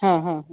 हां हां हां